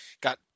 got